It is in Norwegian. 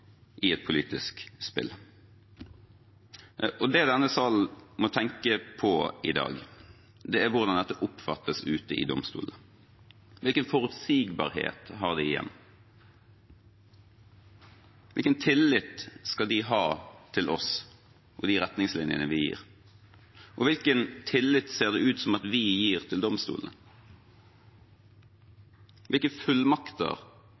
i et politisk spill. Det denne salen må tenke på i dag, er hvordan dette oppfattes ute i domstolene. Hvilken forutsigbarhet har de igjen? Hvilken tillit skal de ha til oss og de retningslinjene vi gir? Og hvilken tillit ser det ut som at vi gir til domstolene? Hvilke fullmakter